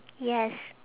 yes